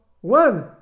one